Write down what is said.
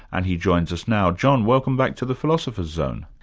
and he joins us now. john, welcome back to the philosopher's zone.